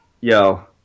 Yo